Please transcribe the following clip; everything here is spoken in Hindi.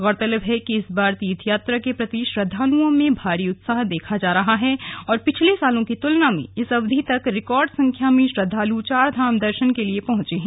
गौरतलब है कि इस बार तीर्थयात्रा के प्रति श्रेद्वालुओं में भारी उत्साह देखा जा रहा है और पिछले सालों की तुलना में इस अवधि तक रिकॉर्ड संख्या में श्रद्धाल चारधाम दर्शन के लिए पहंचे हैं